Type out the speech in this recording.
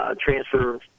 transfer